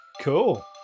Cool